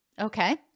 Okay